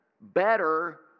better